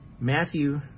Matthew